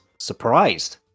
surprised